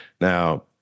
now